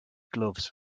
gloves